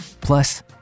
plus